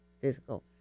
physical